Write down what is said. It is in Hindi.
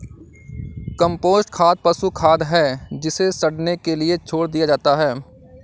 कम्पोस्ट खाद पशु खाद है जिसे सड़ने के लिए छोड़ दिया जाता है